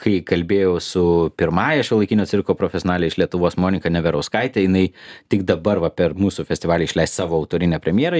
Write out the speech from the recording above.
kai kalbėjau su pirmąja šiuolaikinio cirko profesionale iš lietuvos monika neverauskaite jinai tik dabar va per mūsų festivalį išleis savo autorinę premjerą